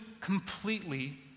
completely